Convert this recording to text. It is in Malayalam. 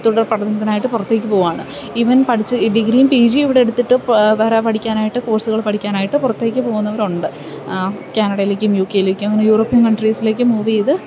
തുടർപഠനത്തിനായിട്ടു പുറത്തേക്കു പോവുകയാണ് ഇവൻ പഠിച്ച് ഈ ഡിഗ്രിയും പി ജിയും ഇവിടെടുത്തിട്ട് വേറെ പഠിക്കാനായിട്ട് കോഴ്സുകൾ പഠിക്കാനായിട്ട് പുറത്തേക്കു പോകുന്നവരുണ്ട് കാനഡയിലേക്കും യൂ കെയിലേക്കും അങ്ങനെ യൂറോപ്യൻ കൺട്രീസിലേക്ക് മൂവെയ്ത്